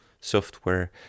software